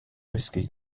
risky